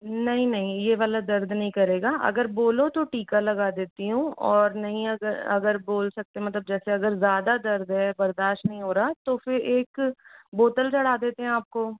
नहीं नहीं ये वाला दर्द नहीं करेगा अगर बोलो तो टीका लगा देती हूँ और नहीं अगर अगर बोल सकते मतलब जैसे अगर ज़्यादा दर्द है बर्दाश्त नहीं हो रहा तो फिर एक बोतल चढ़ा देते हैं आपको